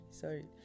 sorry